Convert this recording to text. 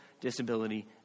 disability